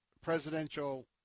presidential